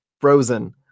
frozen